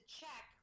check